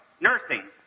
Nursing